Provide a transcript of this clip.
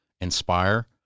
inspire